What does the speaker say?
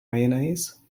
mayonnaise